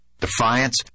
Defiance